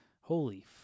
Holy